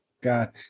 God